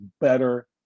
better